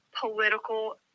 political